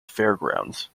fairgrounds